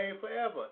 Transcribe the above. forever